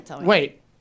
wait